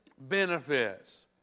benefits